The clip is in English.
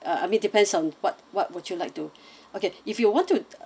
uh I mean depends on what what would you like to okay if you want to